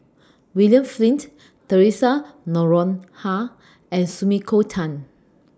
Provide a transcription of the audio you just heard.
William Flint Theresa Noronha and Sumiko Tan